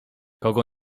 kogo